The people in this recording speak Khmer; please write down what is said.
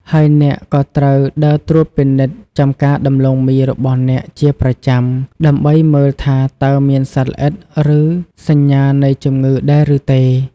ហើយអ្នកក៏ត្រូវដើរត្រួតពិនិត្យចំការដំឡូងមីរបស់អ្នកជាប្រចាំ ដើម្បីមើលថាតើមានសត្វល្អិត ឬសញ្ញានៃជំងឺដែរឬទេ។